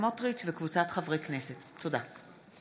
הצעת חוק החלת ריבונות